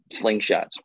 slingshots